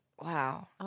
Wow